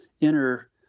inner